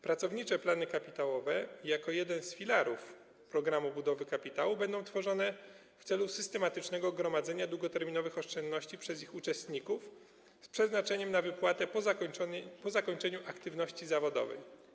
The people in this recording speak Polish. Pracownicze plany kapitałowe jako jeden z filarów „Programu budowy kapitału” będą tworzone w celu systematycznego gromadzenia długoterminowych oszczędności przez ich uczestników z przeznaczeniem na wypłatę po zakończeniu aktywności zawodowej.